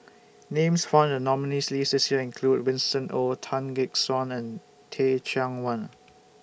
Names found in The nominees' list This Year include Winston Oh Tan Gek Suan and Teh Cheang Wan